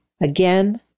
Again